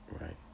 Right